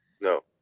no